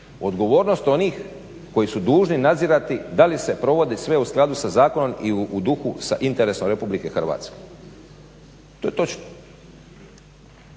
odgovornost onih koji su dužni nadzirati da li se provodi sve u skladu sa zakonom i u duhu sa interesom RH. To je točno.